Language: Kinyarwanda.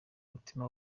mutima